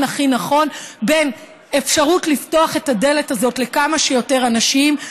הכי נכון בין אפשרות לפתוח את הדלת הזאת לכמה שיותר אנשים,